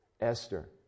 Esther